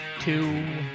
two